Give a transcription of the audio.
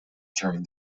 during